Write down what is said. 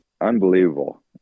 Unbelievable